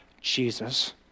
Jesus